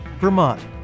Vermont